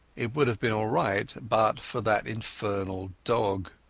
it would have been all right but for that infernal dog.